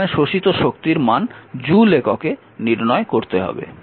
এখানে শোষিত শক্তির মান জুল এককে নির্ণয় করতে হবে